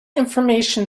information